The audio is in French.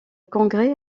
congrès